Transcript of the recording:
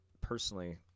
personally